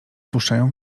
puszczają